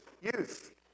youth